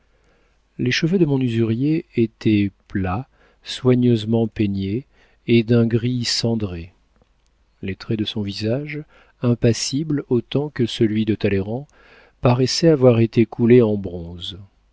les cheveux de mon usurier étaient plats soigneusement peignés et d'un gris cendré les traits de son visage impassible autant que celui de talleyrand paraissaient avoir été coulés en bronze